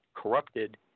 Corrupted